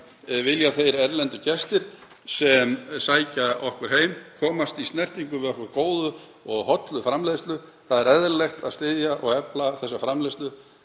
vilja þeir erlendu gestir sem sækja okkur heim komast í snertingu við okkar góðu og hollu framleiðslu. Það er eðlilegt að styðja og efla þá framleiðslu.